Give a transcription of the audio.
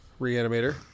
reanimator